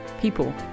People